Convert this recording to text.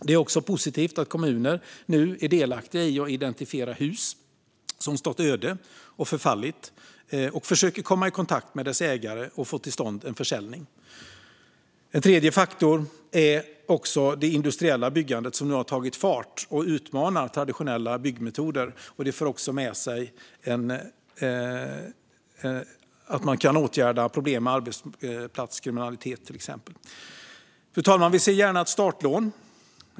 Det är också positivt att kommuner nu är delaktiga i att identifiera hus som stått öde och förfallit, försöker komma i kontakt med deras ägare och få till stånd en försäljning. En tredje faktor är det industriella byggandet, som nu har tagit fart och utmanar traditionella byggmetoder. Det för också med sig att man kan åtgärda problem till exempel med arbetsplatskriminalitet. Fru talman! Vi ser gärna ett startlån.